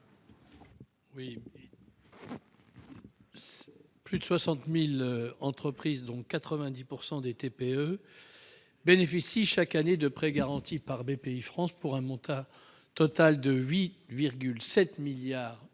avis. Plus de 60 000 entreprises, dont 90 % sont des TPE, bénéficient chaque année de prêts garantis par Bpifrance pour un montant total d'environ 8,7 milliards d'euros.